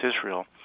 Israel